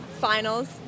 finals